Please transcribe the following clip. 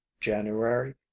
January